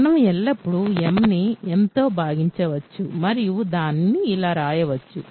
మనం ఎల్లప్పుడూ m ని n తో భాగించవచ్చు మరియు దానిని ఇలా వ్రాయవచ్చు